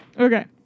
Okay